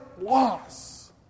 loss